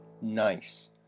Nice